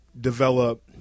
develop